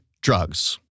drugs